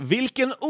Vilken